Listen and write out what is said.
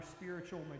spiritual